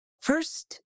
first